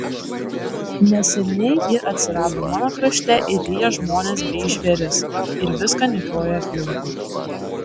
neseniai ji atsirado mano krašte ir ryja žmones bei žvėris ir viską niokoja aplinkui